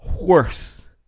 worse